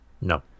No